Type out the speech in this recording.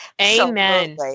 Amen